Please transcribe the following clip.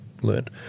learned